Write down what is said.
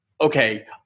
okay